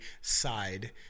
side